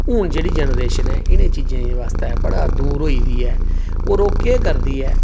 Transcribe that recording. हून जेह्ड़ी जनरेशन ऐ इ'नें चीजें आस्तै बड़ा दूर होई गेदी ऐ होर ओह् केह् करदी ऐ